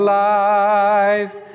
life